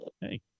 Hey